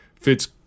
fits